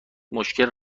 مشکل